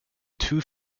two